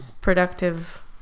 productive